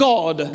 God